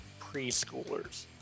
preschoolers